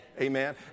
Amen